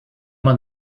man